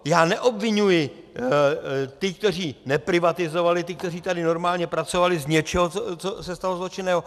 Já neobviňuji ty, kteří neprivatizovali, ty, kteří tady normálně pracovali, z něčeho, co se stalo zločinného.